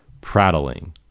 prattling